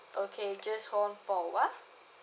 okay just hold on for a while